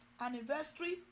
anniversary